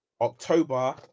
October